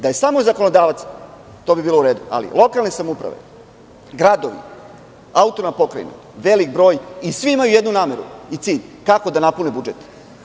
Da je samo zakonodavac, to bi bilo u redu, ali lokalne samouprave, gradovi, autonomna pokrajina, veliki broj i svi imaju jednu nameru i cilj - kako da napune budžet.